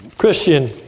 Christian